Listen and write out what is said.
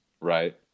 right